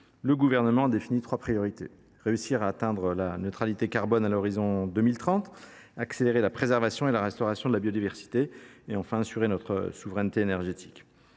le Gouvernement a défini trois priorités : réussir à atteindre la neutralité carbone à l’horizon 2030 ; accélérer la préservation et la restauration de la biodiversité ; assurer notre souveraineté énergétique.